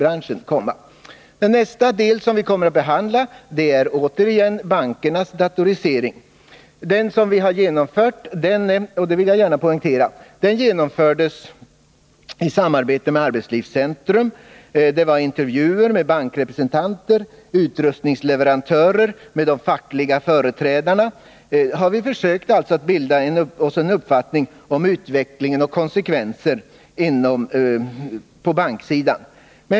S N - 7 Datateknikens Nästa "rapsen som Mi Fömmer att ebandla är fterigen bankernas effekter på sysseldatorisering. Denna första studie som vi har genomfört om bankerna sättning och argenomfördes i samarbete med Arbetslivscentrum. Det var intervjuer med betsmiljö bankrepresentanter, utrustningsleverantörer och de fackliga företrädarna, och vi har försökt bilda oss en uppfattning om utvecklingen och konsekvenserna på banksidan.